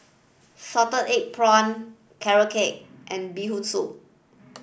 salted egg prawns carrot cake and bee hoon soup